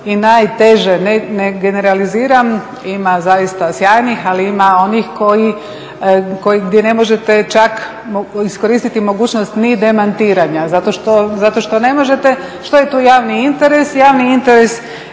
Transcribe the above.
i najteže, ne generaliziram, ima zaista sjajnih, ali ima onih koji, gdje ne možete čak iskoristiti mogućnost ni demantiranja zato što ne možete. Što je tu javni interes?